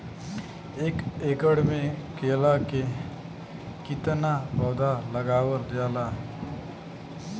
एक एकड़ में केला के कितना पौधा लगावल जाला?